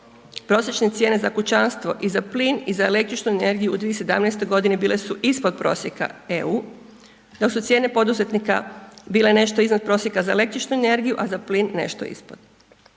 Prosječne cijene za kućanstvo i za plin i za električnu energiju u 2017.g. bile su ispod prosjeka EU, dok su cijene poduzetnika bile nešto iznad prosjeka za električnu energiju, a za plin nešto ispod.